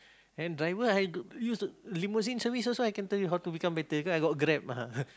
and driver had to use limousine service also I can tell you how to become better because I got Grab